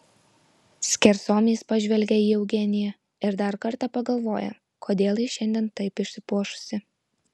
skersom jis pažvelgia į eugeniją ir dar kartą pagalvoja kodėl ji šiandien taip išsipuošusi